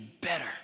better